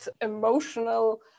emotional